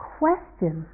question